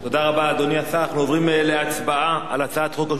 אנחנו עוברים להצבעה על הצעת חוק רשות השידור (תיקון,